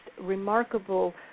remarkable